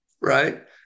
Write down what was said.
right